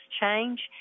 change